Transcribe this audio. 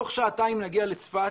תוך שעתיים נגיע לצפת